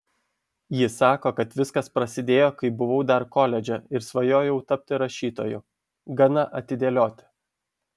ji sako kad viskas prasidėjo kai buvau dar koledže ir svajojau tapti rašytoju gana atidėlioti